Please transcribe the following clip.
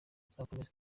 nzakomeza